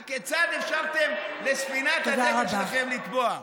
הכיצד אפשרתם לספינת הדגל שלכם לטבוע?